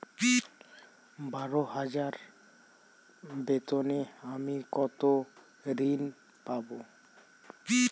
বারো হাজার বেতনে আমি কত ঋন পাব?